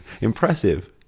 Impressive